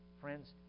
Friends